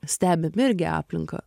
stebim irgi aplinką